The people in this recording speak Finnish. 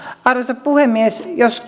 arvoisa puhemies jos